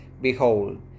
Behold